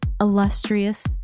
illustrious